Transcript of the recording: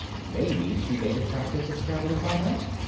maybe she made a practice of traveling by night!